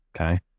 Okay